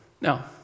Now